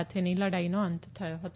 સાથેની લડાઇનો અંત થયો હતો